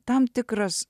tam tikras